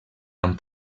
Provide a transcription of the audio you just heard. amb